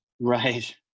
Right